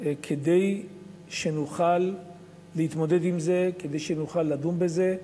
כדי שנוכל להתמודד עם זה, כדי שנוכל לדון בזה.